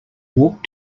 walked